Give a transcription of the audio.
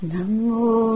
Namu